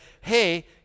hey